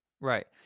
Right